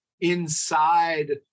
inside